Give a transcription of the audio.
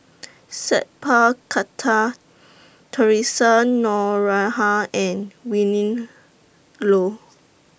Sat Pal Khattar Theresa Noronha and Willin Low